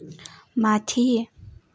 माथि